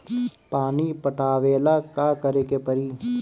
पानी पटावेला का करे के परी?